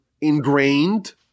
ingrained